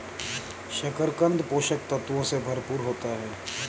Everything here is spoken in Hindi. शकरकन्द पोषक तत्वों से भरपूर होता है